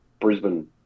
Brisbane